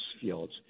fields